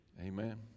Amen